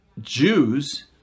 Jews